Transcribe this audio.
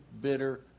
bitter